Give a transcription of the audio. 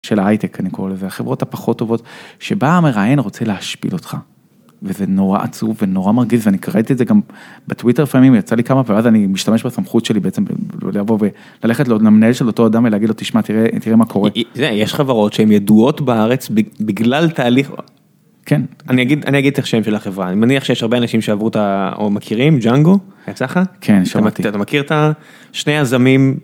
של הייטק אני קורא לזה, החברות הפחות טובות, שבה המראיין רוצה להשפיל אותך. וזה נורא עצוב ונורא מרגיז ואני קראתי את זה גם, בטוויטר לפעמים יצא לי כמה פעמים ואז אני משתמש בסמכות שלי בעצם לבוא וללכת למנהל של אותו אדם ולהגיד לו תשמע תראה מה קורה. יש חברות שהן ידועות בארץ בגלל תהליך. כן אני אגיד את השם של החברה, אני מניח שיש הרבה אנשים שעברו אותה או מכירים ג'אנגו. יצא לך? כן שמעתי. אתה מכיר את שני היזמים.